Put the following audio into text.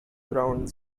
ground